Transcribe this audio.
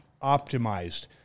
Optimized